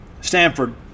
stanford